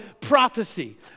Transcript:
prophecy